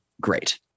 great